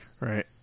right